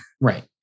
Right